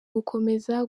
gukomeza